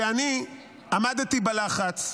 שאני עמדתי בלחץ,